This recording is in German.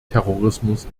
terrorismus